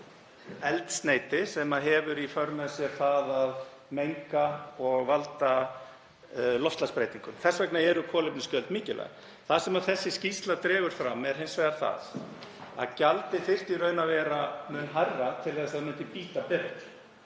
eldsneyti sem hefur í för með sér að menga og valda loftslagsbreytingum. Þess vegna eru kolefnisgjöld mikilvæg. Þar sem þessi skýrsla dregur fram er hins vegar það að gjaldið þyrfti í raun að vera mun hærra til þess að það myndi bíta betur.